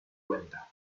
cuenta